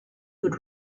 would